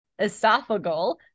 esophageal